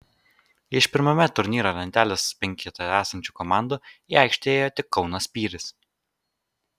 iš pirmame turnyro lentelės penkete esančių komandų į aikštę ėjo tik kauno spyris